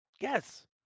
Yes